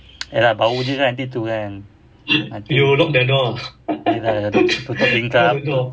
iya lah bau dia kan nanti tu kan nanti iya lah tutup tingkap